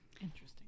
Interesting